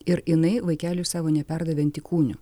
ir jinai vaikeliui savo neperdavė antikūnių